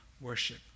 worship